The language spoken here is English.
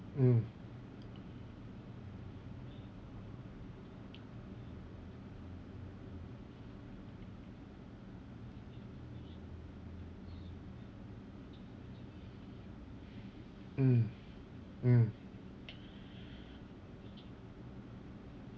mm mm mm